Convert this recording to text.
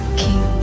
king